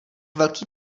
velký